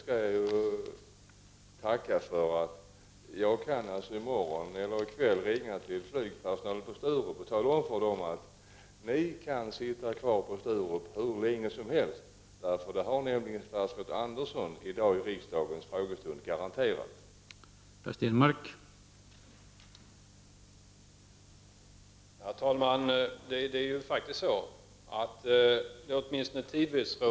Jag tackar emellertid för att jag i kväll kan ringa till flygplatsen på Sturup och tala om för de anställda där att de kan sitta kvar på Sturup hur länge som helst, eftersom statsrådet Andersson i dagens frågestund i riksdagen har garanterat detta.